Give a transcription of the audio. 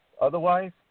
Otherwise